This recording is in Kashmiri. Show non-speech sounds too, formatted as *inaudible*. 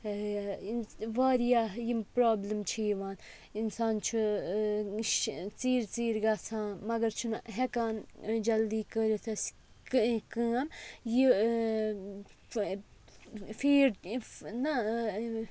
واریاہ یِم پرٛابلِم چھِ یِوان اِنسان چھُ ژیٖرۍ ژیٖرۍ گژھان مگر چھُنہٕ ہٮ۪کان جلدی کٔرِتھ أسۍ *unintelligible* کٲم یہِ فیٖڈ نَہ